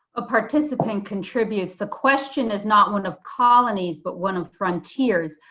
a participant contributes. the question is not one of colonies, but one of frontiers,